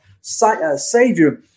Savior